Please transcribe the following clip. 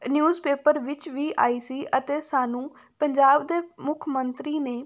newspaper ਵਿੱਚ ਵੀ ਆਈ ਸੀ ਅਤੇ ਸਾਨੂੰ ਪੰਜਾਬ ਦੇ ਮੁੱਖ ਮੰਤਰੀ ਨੇ